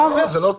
זה לא טוב.